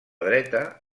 dreta